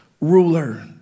ruler